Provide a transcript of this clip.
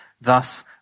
Thus